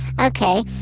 Okay